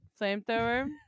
flamethrower